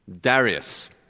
Darius